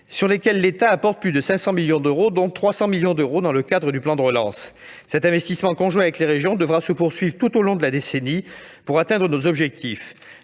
2020-2022, l'État apportant plus de 500 millions, dont 300 millions dans le cadre du plan de relance. Cet investissement conjoint avec les régions devra se poursuivre tout au long de la décennie pour atteindre nos objectifs.